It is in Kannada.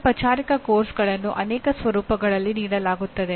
ಈ ಪಠ್ಯಕ್ರಮವನ್ನು 4 ಘಟಕಗಳ ಪ್ರಕಾರ ನೀಡಲಾಗುತ್ತದೆ